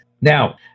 Now